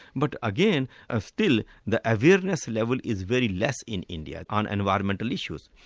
but again, ah still, the awareness level is very less in india on and environmental issues.